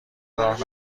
راه